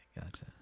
gotcha